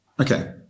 Okay